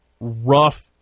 rough